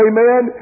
Amen